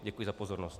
Děkuji za pozornost.